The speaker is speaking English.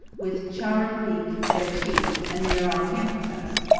with chuar'-ruumpeak, their chief, and they are all camped with us.